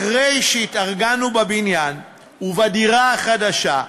אחרי שהתארגנו בבניין ובדירה החדשה,